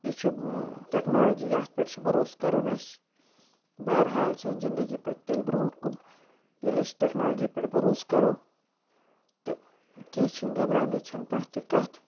یہِ چھِ ٹٮ۪کنالجی یَتھ پٮ۪ٹھ چھِ بروس کَرُن اَسہِ بحرحال سٲنۍ زندگی پَکہِ تیٚلہِ برونٛٹھ کُن ییٚلہِ أسۍ ٹٮ۪کنالجی پٮ۪ٹھ بروس کَرو تہٕ کینٛہہ چھِنہٕ گَبراونٕچ چھَنہٕ کانٛہہ تہِ کَتھ